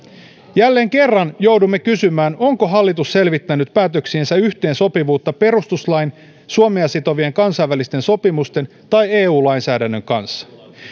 jälleen kerran joudumme kysymään onko hallitus selvittänyt päätöksiensä yhteensopivuutta perustuslain suomea sitovien kansainvälisten sopimusten tai eu lainsäädännön kanssa